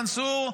מנסור,